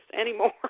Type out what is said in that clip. anymore